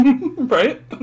Right